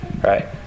right